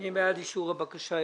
מי בעד אישור הבקשה?